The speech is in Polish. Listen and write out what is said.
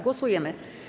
Głosujemy.